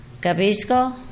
Capisco